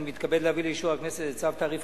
אני מתכבד להביא לאישור הכנסת את צו תעריף